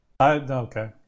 okay